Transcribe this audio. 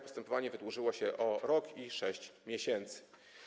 Postępowanie wydłużyło się o rok i 6 miesięcy.